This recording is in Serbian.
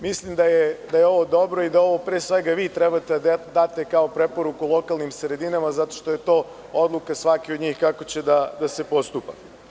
Mislim da je ovo dobro i da je ovo pre svega vi treba da date kao preporuku lokalnim sredinama zato što je to odluka svake od njih kako će da se postupa.